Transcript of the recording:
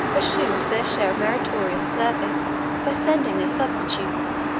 assumed their share of meritorious service by sending their substitutes,